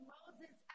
Moses